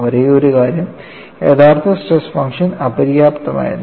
ഒരേയൊരു കാര്യം യഥാർത്ഥ സ്ട്രെസ് ഫംഗ്ഷൻ അപര്യാപ്തമായിരുന്നു